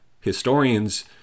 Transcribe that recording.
historians